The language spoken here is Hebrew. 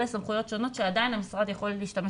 סמכויות שונות שעדיין המשרד יכול להשתמש